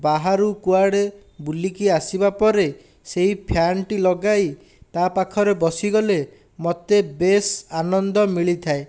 ବାହାରୁ କୁଆଡ଼େ ବୁଲିକି ଆସିବା ପରେ ସେହି ଫ୍ୟାନ୍ଟି ଲଗାଇ ତା ପାଖରେ ବସିଗଲେ ମୋତେ ବେଶ ଆନନ୍ଦ ମିଳିଥାଏ